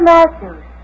Matthews